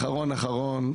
אחרון אחרון,